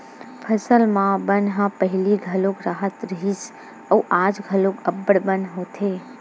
फसल म बन ह पहिली घलो राहत रिहिस अउ आज घलो अब्बड़ बन होथे